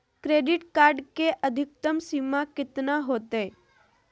Credit card के अधिकतम सीमा कितना होते?